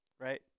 Right